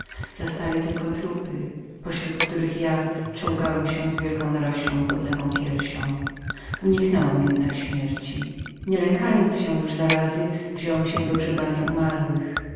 zastali tylko trupy pośród których ja czołgałem się z wielką narością pod lewą piersią uniknąłem jednak śmierci nie lękając się już zarazy wziąłem się do grzebania umarłych